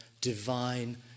divine